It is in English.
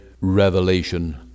revelation